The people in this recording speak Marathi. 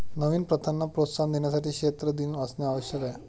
नवीन प्रथांना प्रोत्साहन देण्यासाठी क्षेत्र दिन असणे आवश्यक आहे